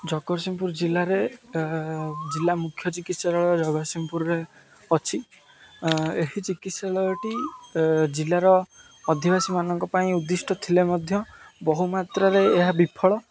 ଜଗତସିଂହପୁର ଜିଲ୍ଲାରେ ଜିଲ୍ଲା ମୁଖ୍ୟ ଚିକିତ୍ସାଳୟ ଜଗତସିଂହପୁରରେ ଅଛି ଏହି ଚିକିତ୍ସାଳୟଟି ଜିଲ୍ଲାର ଅଧିବାସୀ ମାନଙ୍କ ପାଇଁ ଉଦ୍ଦିଷ୍ଟ ଥିଲେ ମଧ୍ୟ ବହୁମାତ୍ରାରେ ଏହା ବିଫଳ